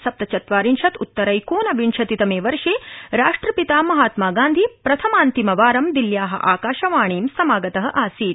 सप्तचत्वारिंशत् उत्तरैकोनविंशति तमे वर्षे राष्ट्रपिता महात्मागान्धी प्रथमान्तिमवारं दिल्या आकाशवाणीं समागत आसीत्